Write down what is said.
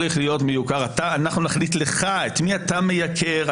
אנחנו נחליט לך את מי אתה מייקר,